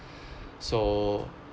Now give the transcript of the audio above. so